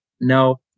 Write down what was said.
no